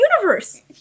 Universe